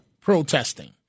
protesting